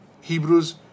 Hebrews